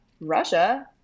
russia